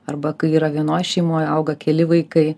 arba kai yra vienoj šeimoj auga keli vaikai